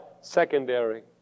secondary